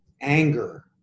anger